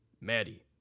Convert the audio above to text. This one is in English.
Maddie